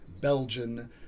Belgian